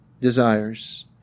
desires